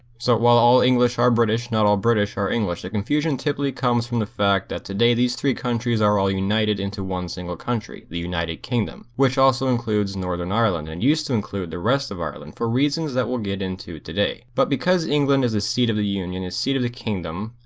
so, while all english are british, not all british are english. the confusion typically comes from the fact that today these three countries are all united into one single country the united kingdom, which also includes northern ireland and used to include the rest of ireland for reasons that we'll get into today. but because england is the seat of the union, the seat of the kingdom,